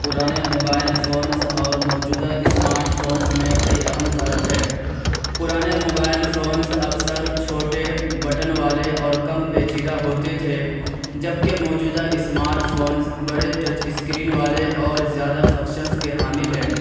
پرانے mobile phones اور موجودہ اسمارٹ فونز میں کئی اہم فرق ہے پرانے موبائل فونز اکثر چھوٹے بٹن والے اور کم پیچیدہ ہوتے تھے جب کہ موجودہ اسمارٹ فونز بڑے ٹچ اسکرین والے اور زیادہ فکشنس کے حامل ہے